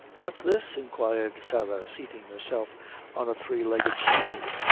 what's this? inquired sarah, seating herself on a three legged stool,